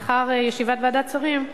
לאחר ישיבת ועדת שרים,